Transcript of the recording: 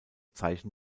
zeichen